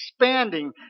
expanding